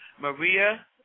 Maria